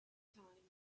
time